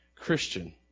Christian